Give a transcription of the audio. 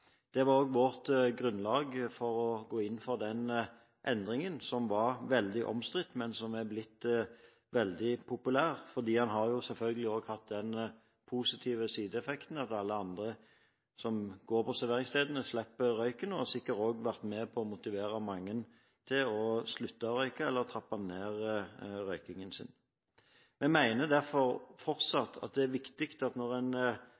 Det var også vårt grunnlag for å gå inn for den endringen, som var veldig omstridt, men som er blitt veldig populær fordi den selvfølgelig også har hatt den positive sideeffekten at alle andre som går på serveringsstedene, slipper røyken. Det har sikkert også vært med på å motivere mange til å slutte å røyke eller trappe ned røykingen. Vi mener derfor fortsatt at det er viktig når en